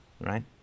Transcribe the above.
right